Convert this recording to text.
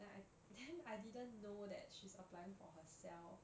then I then I didn't know that she's applying for herself